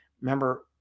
remember